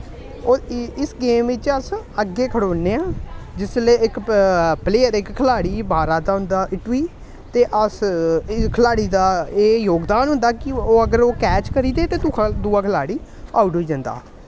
ओह् इस गेम च अस अग्गें खड़ोन्ने आं जिसलै इक प प्लेयर इक खलाढ़ी मारा दा होंदा इट्टु गी ते अस इस खलाड़ी दा एह् जोगदान होंदा कि ओह् अगर ओह् कैच करी दे ते दूआ खलाढ़ी आउट होई जंदा